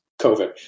COVID